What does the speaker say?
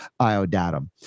iodatum